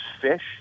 fish